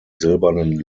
silbernen